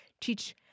teach